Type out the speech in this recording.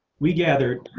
we gathered